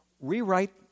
Rewrite